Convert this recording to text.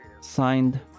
Signed